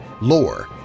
lore